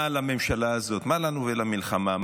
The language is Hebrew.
מה לממשלה הזאת, מה לנו ולמלחמה?